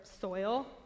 soil